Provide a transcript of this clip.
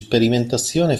sperimentazione